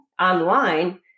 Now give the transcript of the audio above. online